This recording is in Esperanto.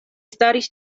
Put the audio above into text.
staris